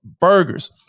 burgers